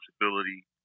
responsibility